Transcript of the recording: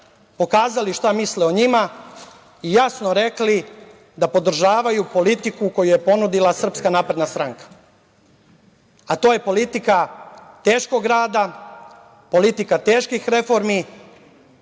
pokazali šta misle o njima i jasno rekli da podržavaju politiku koju je ponudila SNS, a to je politika teškog rada, politika teških reformi,